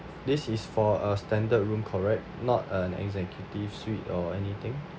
this is for a standard room correct not an executive suite or anything